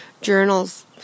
journals